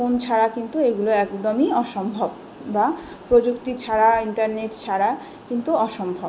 phone ছাড়া কিন্তু এগুলো একদমই অসম্ভব বা প্রযুক্তি ছাড়া ইন্টারনেট ছাড়া কিন্তু অসম্ভব